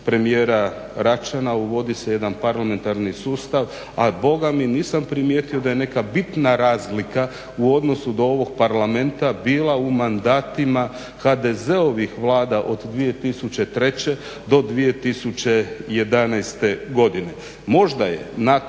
premijera Račana uvodi se jedan parlamentarni sustav, a bogami nisam primijetio da je neka bitna razlika u odnosu do ovog Parlamenta bila u mandatima HDZ-ovih vlada od 2003. do 2011. godine. Možda je nakon